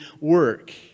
work